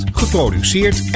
geproduceerd